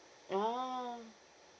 oh